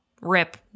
rip